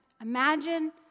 Imagine